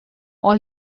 all